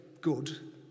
good